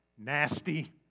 nasty